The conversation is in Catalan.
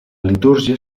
litúrgia